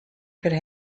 could